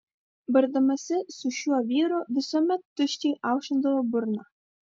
bardamasi su šiuo vyru visuomet tuščiai aušindavo burną